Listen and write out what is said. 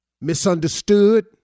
misunderstood